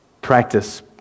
practice